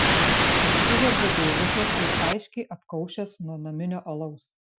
įsiveržia deivisas jau aiškiai apkaušęs nuo naminio alaus